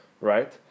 right